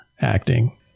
acting